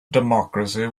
democracy